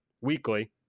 weekly